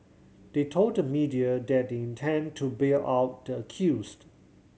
they told the media that they intend to bail out the accused